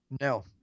No